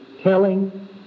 telling